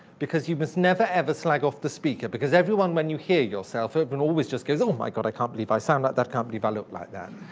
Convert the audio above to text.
because you must never, ever slag off the speaker, because everyone when you hear yourself, everyone always just goes, oh, my god, i can't believe i sound like that, can't believe i look like that.